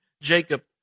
Jacob